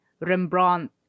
Rembrandt